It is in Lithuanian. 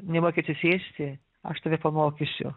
nemoki atsisėsi aš tave pamokysiu